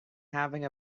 having